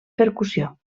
percussió